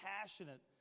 passionate